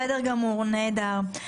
נהדר.